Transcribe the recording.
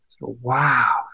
wow